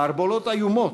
מערבולות איומות,